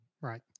Right